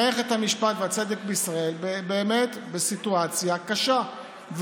מערכת המשפט והצדק בישראל באמת בסיטואציה קשה,